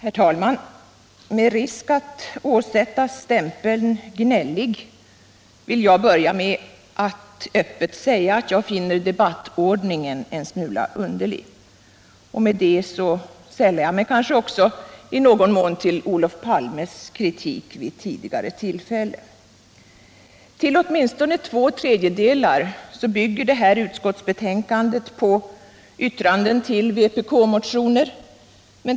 Nr 24 Herr talman! Med risk att åsättas stämpeln gnällig vill jag börja med Torsdagen den att öppet säga att jag finner debattordningen en smula underlig. Därmed 10 november 1977 instämmer jag också i någon mån i Olof Palmes kritik vid ett tidigare I tillfälle. Jämställdhetsfrågor Till åtminstone två tredjedelar bygger det här utskottsbetänkandet på = m.m. yttranden över vpk-motioner.